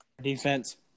defense